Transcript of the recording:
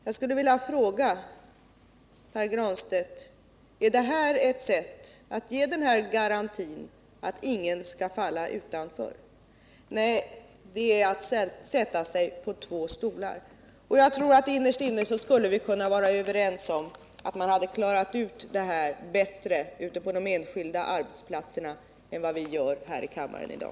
Jag skulle vilja fråga Pär Granstedt: Är det här ett sätt att ge en garanti för att ingen skall falla utanför? Nej, det är att sätta sig på två stolar. Jag tror att vi innerst inne skulle kunna vara överens om att man klarar ut det här bättre på de enskilda arbetsplatserna än vad vi gör här i kammaren i dag.